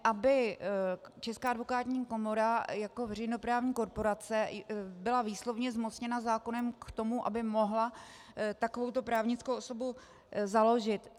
Aby Česká advokátní komora jako veřejnoprávní korporace byla výslovně zmocněna zákonem k tomu, aby mohla takovouto právnickou osobu založit.